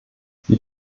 sie